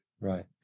Right